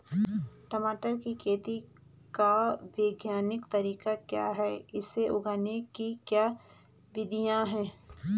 टमाटर की खेती का वैज्ञानिक तरीका क्या है इसे उगाने की क्या विधियाँ हैं?